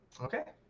Okay